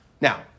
Now